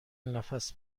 نفس